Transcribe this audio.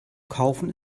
kaufen